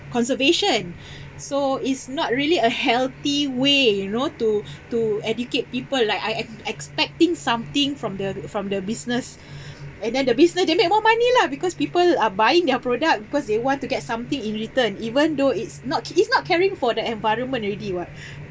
conservation so it's not really a healthy way you know to to educate people like I exp~ expecting something from the from the business and then the business then make more money lah because people are buying their product because they want to get something in return even though it's not it's not caring for the environment already what